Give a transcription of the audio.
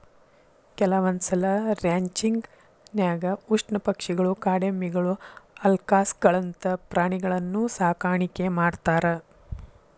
ಕೆಲವಂದ್ಸಲ ರ್ಯಾಂಚಿಂಗ್ ನ್ಯಾಗ ಉಷ್ಟ್ರಪಕ್ಷಿಗಳು, ಕಾಡೆಮ್ಮಿಗಳು, ಅಲ್ಕಾಸ್ಗಳಂತ ಪ್ರಾಣಿಗಳನ್ನೂ ಸಾಕಾಣಿಕೆ ಮಾಡ್ತಾರ